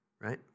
Right